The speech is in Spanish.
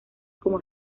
como